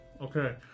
Okay